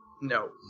No